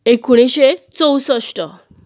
एकूणीशें चौसष्ठ